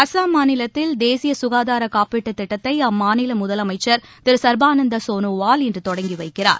அசாம் மாநிலத்தில் தேசிய சுகாதாரக் காப்பீட்டுத் திட்டத்தை அம்மாநில முதலமைச்சா் திரு சா்பானந்தா சோனோவால் இன்று தொடங்கி வைக்கிறார்